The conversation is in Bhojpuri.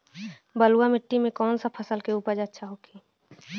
बलुआ मिट्टी में कौन सा फसल के उपज अच्छा होखी?